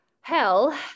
Hell